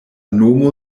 nomo